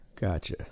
Gotcha